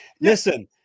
Listen